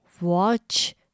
watch